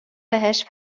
بهش